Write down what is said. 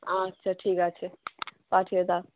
আচ্ছা ঠিক আছে পাঠিয়ে দাও